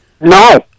No